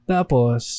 Tapos